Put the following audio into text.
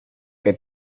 que